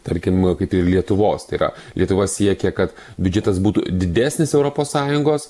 tarkim kad ir lietuvos tai yra lietuva siekia kad biudžetas būtų didesnis europos sąjungos